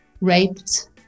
raped